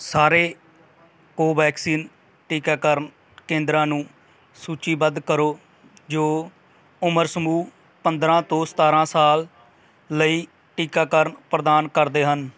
ਸਾਰੇ ਕੋਵੈਕਸਿਨ ਟੀਕਾਕਰਨ ਕੇਂਦਰਾਂ ਨੂੰ ਸੂਚੀਬੱਧ ਕਰੋ ਜੋ ਉਮਰ ਸਮੂਹ ਪੰਦਰਾਂ ਤੋਂ ਸਤਾਰਾਂ ਸਾਲ ਲਈ ਟੀਕਾਕਰਨ ਪ੍ਰਦਾਨ ਕਰਦੇ ਹਨ